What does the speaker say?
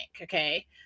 okay